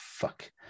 fuck